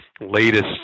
latest